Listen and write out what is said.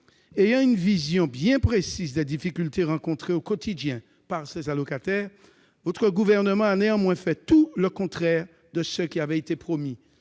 Ayant une vision bien précise des difficultés rencontrées au quotidien par ces allocataires, le Gouvernement a néanmoins fait tout le contraire de ce qui avait été promis